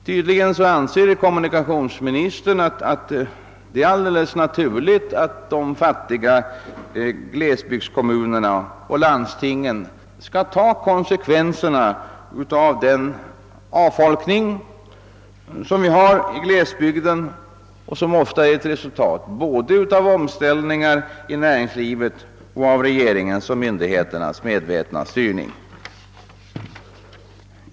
Tydligen anser kommunikationsministern att det är alldeles naturligt att de fattiga glesbygdskommunerna och landstingen skall ta konsekvenserna av den avfolkning, som vi har i glesbygderna och som ofta är ett resultat av såväl omställningar i näringslivet som regeringens och myndigheternas medvetna styrning.